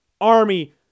Army